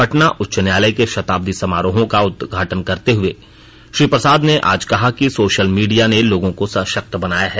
पटना उच्च न्यायालय के शताब्दी समारोहों का उद्घाटन करते हुए श्री प्रसाद ने आज कहा कि सोशल मीडिया ने लोगों को सशक्त बनाया है